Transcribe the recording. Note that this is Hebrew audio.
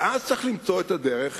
ואז צריך למצוא דרך,